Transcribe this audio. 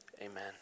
Amen